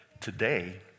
today